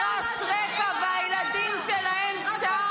אתם מדברים עליהם.